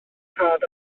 rhad